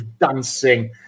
dancing